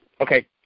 Okay